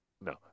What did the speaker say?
no